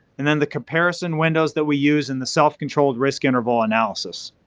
and then the comparison windows that we use in the self-controlled risk interval analysis.